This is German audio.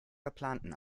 verplanten